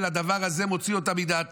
הדבר הזה מוציא אותם מדעתם.